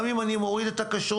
גם אם אני מוריד את הכשרות.